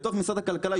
בתוך משרד הכלכלה,